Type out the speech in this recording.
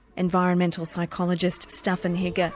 environmental psychologist staffan hygge. and